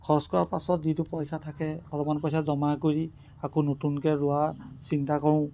খৰচ কৰাৰ পাছত যিটো পইচা থাকে অলপমান পইচা জমা কৰি আকৌ নতুনকৈ লোৱা চিন্তা কৰোঁ